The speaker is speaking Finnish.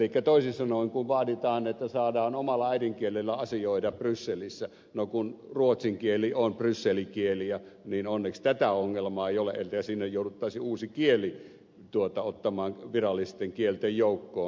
elikkä toisin sanoen kun vaaditaan että saadaan omalla äidinkielellä asioida brysselissä niin kun ruotsin kieli on bryssel kieliä niin onneksi ei ole sitä ongelmaa että sinne jouduttaisiin uusi kieli ottamaan virallisten kielten joukkoon